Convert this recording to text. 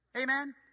Amen